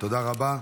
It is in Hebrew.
תודה רבה.